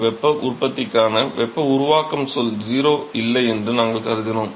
வெப்ப உற்பத்திக்கான வெப்ப உருவாக்கம் சொல் 0 இல்லை என்று நாங்கள் கருதினோம்